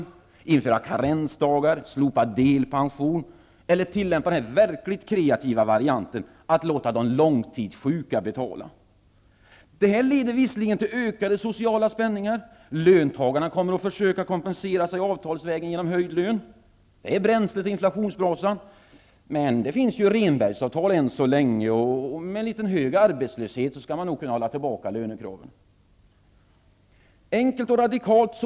Man kan införa karensdagar, slopa delpensionen eller tillämpa den verkligt kreativa varianten att låta de långtidssjuka betala. Detta leder visserligen till ökade sociala spänningar. Löntagarna kommer att försöka kompensera sig avtalsvägen genom höjd lön. Det ger bränsle till inflationsbrasan. Men än så länge finns ju Rehnbergsavtal, och med hög arbetslöshet skall man nog kunna hålla tillbaka lönekraven. Det är enkelt och radikalt.